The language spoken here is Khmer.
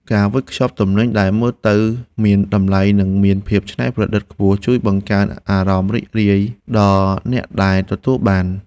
ការវេចខ្ចប់ទំនិញដែលមើលទៅមានតម្លៃនិងមានភាពច្នៃប្រឌិតខ្ពស់ ជួយបង្កើនអារម្មណ៍រីករាយដល់អ្នកដែលទទួលបាន។